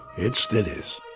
it still is.